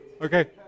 Okay